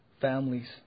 families